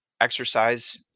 exercise